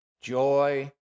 joy